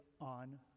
on